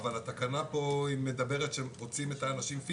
אבל התקנה פה מדברת שהם רוצים את האנשים פיזית.